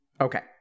Okay